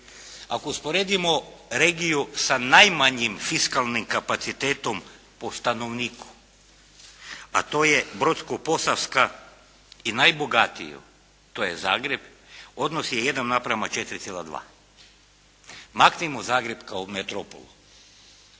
Ako usporedimo regiju sa najmanjim fiskalnim kapacitetom po stanovniku, a to je Brodsko-posavska i najbogatiju to je Zagreb, odnos je 1 naprama 4,2. Maknimo Zagreb kao metropolu,